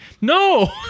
no